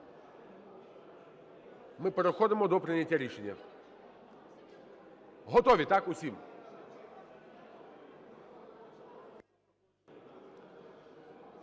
Ми переходимо до прийняття рішення. Готові, так, усі?